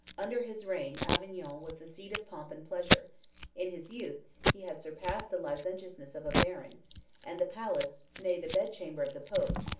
under his reign avignon was the seat of pomp and pleasure in his youth he had surpassed the licentiousness of a baron and the palace, nay, the bed-chamber of the pope,